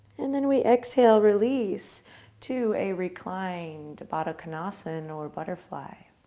and then we exhale release to a reclined baddha konasana and or butterfly.